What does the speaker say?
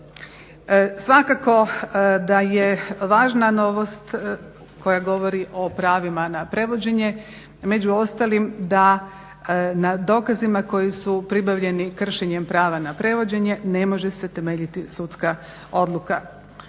Svakako da je važna novost koja govori o pravima na prevođenje među ostalim da na dokazima koji su pribavljeni kršenjem prava na prevođenje ne može se temeljiti sudska odluka.